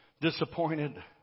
disappointed